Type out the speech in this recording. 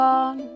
on